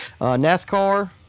NASCAR